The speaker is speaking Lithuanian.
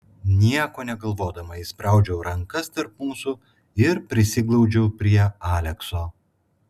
nieko negalvodama įspraudžiau rankas tarp mūsų ir prisiglaudžiau prie alekso